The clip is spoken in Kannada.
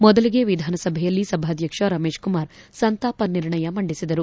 ಮೊದಲಿಗೆ ವಿಧಾನಸಭೆಯಲ್ಲಿ ಸಭಾಧಕ್ಷ ರಮೇಶ್ ಕುಮಾರ್ ಸಂತಾಪ ನಿರ್ಣಯ ಮಂಡಿಸಿದರು